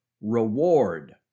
reward